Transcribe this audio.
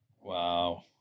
wow